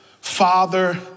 father